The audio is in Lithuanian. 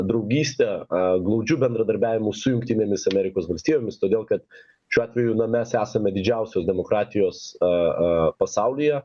draugyste a glaudžiu bendradarbiavimu su jungtinėmis amerikos valstijomis todėl kad šiuo atveju na mes esame didžiausias demokratijos a a pasaulyje